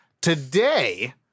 Today